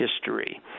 history